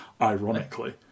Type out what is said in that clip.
ironically